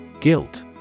Guilt